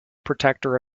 protector